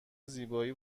زیبایی